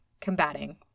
combating